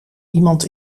iemand